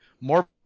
more